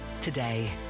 today